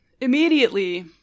immediately